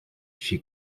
she